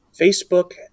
Facebook